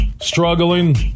struggling